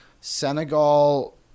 Senegal